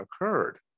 occurred